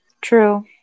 True